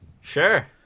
sure